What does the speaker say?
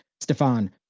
Stefan